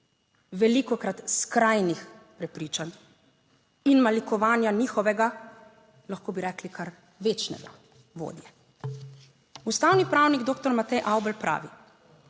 velikokrat skrajnih prepričanj in malikovanja njihovega, lahko bi rekli kar večnega vodje. Ustavni pravnik doktor Matej Avbelj pravi: